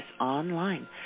online